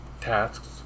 tasks